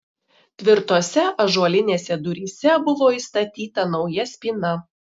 tvirtose ąžuolinėse duryse buvo įstatyta nauja spyna